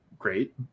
great